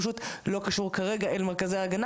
פשוט הוא לא קשור כרגע למרכזי ההגנה